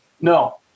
No